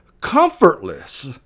comfortless